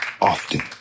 often